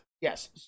Yes